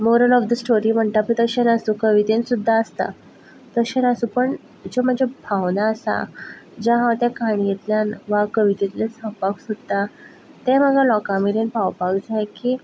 moral of the story म्हणटा पळय तशें नासूं कवितेन सुद्दां आसता तशें नासूं पण ज्यो म्हज्यो भावनां आसा जें हांव त्या काणयेंतल्यान वा कवितेंतल्यान सांगपाक सोदतां तें म्हाका लोकां मेरेन पावपाक जाय की